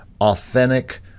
authentic